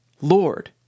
Lord